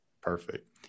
Perfect